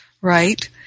right